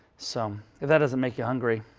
so if that doesn't make you hungry,